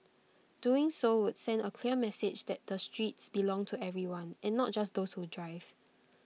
doing so would send A clear message that the streets belong to everyone and not just those who drive